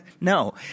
no